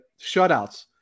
Shutouts